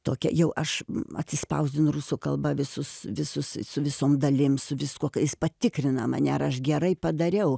tokią jau aš atsispausdinu rusų kalba visus visus su visom dalim su viskuo ką jis patikrina mane ar aš gerai padariau